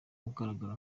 ugaragara